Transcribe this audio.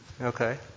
Okay